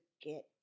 get